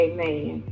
Amen